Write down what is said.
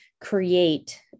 create